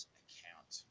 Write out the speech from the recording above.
account